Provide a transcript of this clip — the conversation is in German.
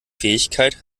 fähigkeit